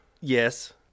Yes